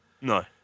No